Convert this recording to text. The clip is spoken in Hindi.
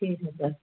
ठीक है सर